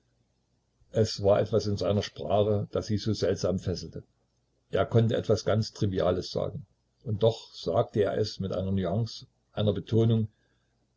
es war etwas in seiner sprache das sie so seltsam fesselte er konnte etwas ganz triviales sagen und doch sagte er es mit einer nuance einer betonung